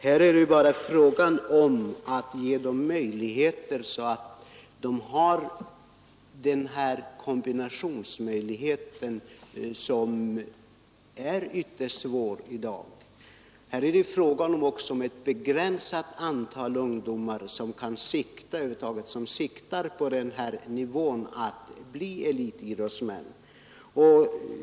Här är det ju bara frågan om att ge dem möjligheter, så att de har den kombinationsmöjligheten som är ytterst svår att tillgodose i dag. Här är det också fråga om ett begränsat antal ungdomar som över huvud taget kan sikta på den här nivån, att bli elitidrottsmän.